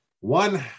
one